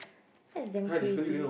that's damn crazy